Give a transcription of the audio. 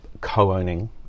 co-owning